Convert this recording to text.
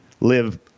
live